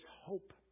hope